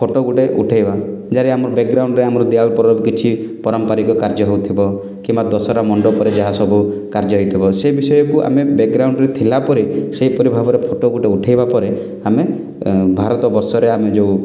photo ଗୁଟେ ଉଠାଇବା ଯାହାର ଆମ ବେଗ୍ଗ୍ରାଉଣ୍ଡ୍ରେ ଦିଆଲ୍ ପରବ୍ କିଛି ପାରମ୍ପରିକ କାର୍ଯ୍ୟ ହେଉଥିବ କିମ୍ବା ଦଶହରା ମଣ୍ଡପରେ ଯାହା ସବୁ କାର୍ଯ୍ୟ ହୋଇଥିବ ସେ ବିଷୟକୁ ଆମେ ବେଗ୍ଗ୍ରାଉଣ୍ଡ୍ରେ ଥିଲାପରେ ସେହିପରିଭାବେ ଫଟୋଗୁଡ଼ିକ ଉଠେଇବା ପରେ ଆମେ ଭାରତବର୍ଷରେ ଆମେ ଯେଉଁ